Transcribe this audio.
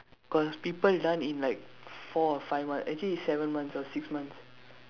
got people done in like four or five months actually is seven months or six months